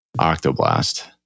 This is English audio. Octoblast